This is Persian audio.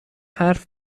حرف